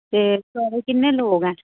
ते किन्ने लोग न